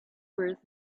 worth